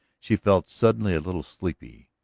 she felt suddenly a little sleepy,